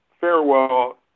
farewell